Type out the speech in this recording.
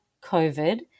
COVID